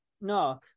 No